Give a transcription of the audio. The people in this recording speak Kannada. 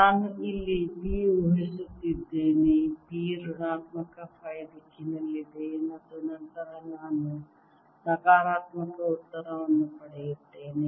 ನಾನು ಇಲ್ಲಿ B ಊಹಿಸುತ್ತಿದ್ದೇನೆ B ಋಣಾತ್ಮಕ ಫೈ ದಿಕ್ಕಿನಲ್ಲಿದೆ ಮತ್ತು ನಂತರ ನಾನು ನಕಾರಾತ್ಮಕ ಉತ್ತರವನ್ನು ಪಡೆಯುತ್ತೇನೆ